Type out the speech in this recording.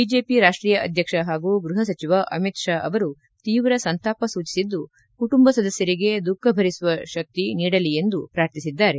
BJP ರಾಷ್ಟೀಯ ಅಧ್ಯಕ್ಷ ಹಾಗೂ ಗ್ಟಹ ಸಚಿವ ಅಮಿತ್ ಶಾ ಅವರು ತೀವ್ರ ಸಂತಾಪ ಸೂಚಿಸಿದ್ದು ಕುಟುಂಬ ಸದಸ್ಯರಿಗೆ ದುಃಖ ಭರಿಸುವ ಶಕ್ತಿ ನೀಡಲಿ ಎಂದು ಪೂರ್ಥಿಸಿದ್ದಾರೆ